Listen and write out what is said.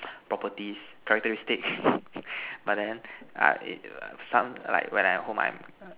properties characteristics but then ah eh some like when I hold my